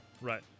right